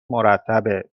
مرتبه